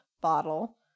bottle